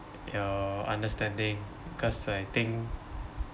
your understanding cause I think